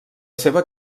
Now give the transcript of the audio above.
seva